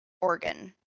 organ